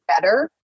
better